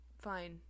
fine